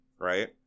Right